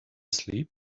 sleep